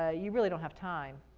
ah you really don't have time.